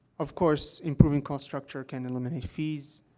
of course, improving cost structure can eliminate fees,